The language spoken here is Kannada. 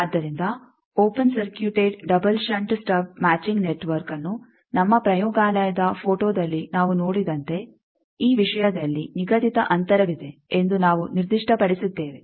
ಆದ್ದರಿಂದ open circuited double shunt stub matching ನೆಟ್ವರ್ಕ್ಅನ್ನು ನಮ್ಮ ಪ್ರಯೋಗಾಲಯದ ಫೋಟೋದಲ್ಲಿ ನಾವು ನೋಡಿದಂತೆ ಈ ವಿಷಯದಲ್ಲಿ ನಿಗದಿತ ಅಂತರವಿದೆ ಎಂದು ನಾವು ನಿರ್ದಿಷ್ಟಪಡಿಸಿದ್ದೇವೆ